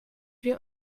wir